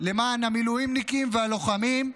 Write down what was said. למען המילואימניקים והלוחמים.